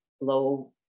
low